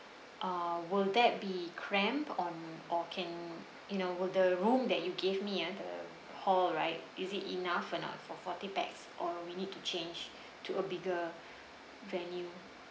uh would that be crammed on or can you know the room that you give me ah the hall right is it enough or not for forty pax or we need to change to a bigger venue